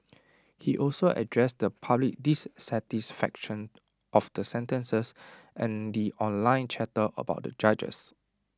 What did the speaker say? he also addressed the public dissatisfaction of the sentences and the online chatter about the judges